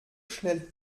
schnell